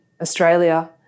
Australia